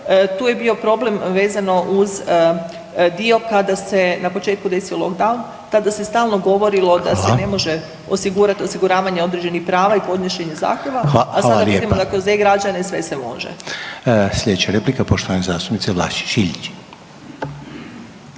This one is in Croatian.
tu je bio problem vezano uz dio kada se na početku desio lockdown tada se stalno govorilo da se ne može …/Upadica: Hvala./… osigurat osiguravanje određenih prava i podnošenje zahtjeva, a sad vidimo da kroz e-građane sve se može.